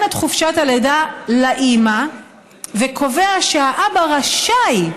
את חופשת הלידה לאימא וקובע שהאבא רשאי,